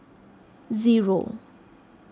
zero